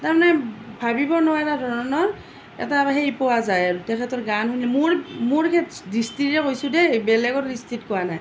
তাৰমানে ভাবিব নোৱাৰা ধৰণৰ এটা সেই পোৱা যায় আৰু তেখেতৰ গান শুনি মোৰ মোৰ দৃষ্টিৰে কৈছোঁ দেই বেলেগৰ দৃষ্টিত কোৱা নাই